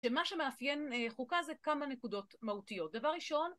שמה שמאפיין חוקה זה כמה נקודות מהותיות. דבר ראשון,